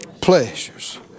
pleasures